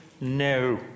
no